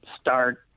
start